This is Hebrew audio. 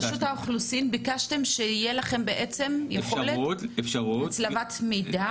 מרשות האוכלוסין ביקשתם שתהיה לכם יכולת הצלבת מידע.